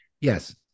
yes